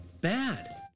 bad